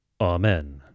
Amen